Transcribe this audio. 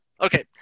okay